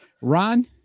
Ron